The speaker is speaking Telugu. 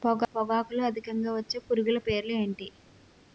పొగాకులో అధికంగా వచ్చే పురుగుల పేర్లు ఏంటి